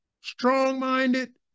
strong-minded